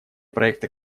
проекта